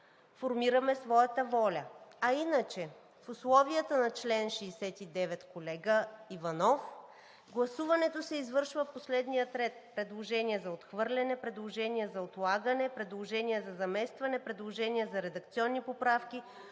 формираме своята воля. А иначе в условията на чл. 69, колега Иванов, гласуването се извършва по следния ред: предложение за отхвърляне; предложение за отлагане; предложение за заместване; предложение за редакционни поправки;